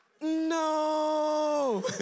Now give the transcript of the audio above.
no